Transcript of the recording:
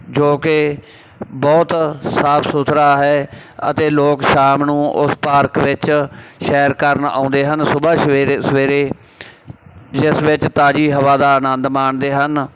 ਜੋ ਕਿ ਬਹੁਤ ਸਾਫ਼ ਸੁਥਰਾ ਹੈ ਅਤੇ ਲੋਕ ਸ਼ਾਮ ਨੂੰ ਉਸ ਪਾਰਕ ਵਿੱਚ ਸੈਰ ਕਰਨ ਆਉਂਦੇ ਹਨ ਸੁਬਹਾ ਸਵੇਰੇ ਸਵੇਰੇ ਜਿਸ ਵਿੱਚ ਤਾਜ਼ੀ ਹਵਾ ਦਾ ਆਨੰਦ ਮਾਣਦੇ ਹਨ